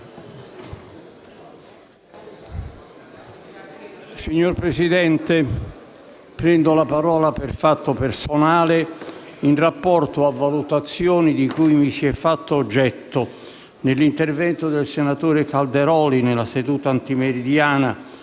Signor Presidente, prendo la parola per fatto personale in rapporto a valutazioni di cui mi si è fatto oggetto nell'intervento del senatore Calderoli nella seduta antimeridiana